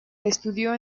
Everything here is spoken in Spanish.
estudió